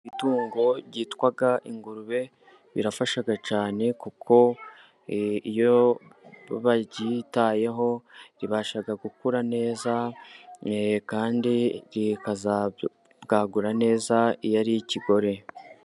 Itungo ryitwa ingurube rirafasha cyane, kuko iyo baryitayeho ribasha gukura neza, kandi rikazabwagura neza iyo ari kigore.